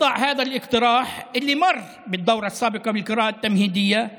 הצעה זו, שכבר עברה בקריאה טרומית בכנסת הקודמת,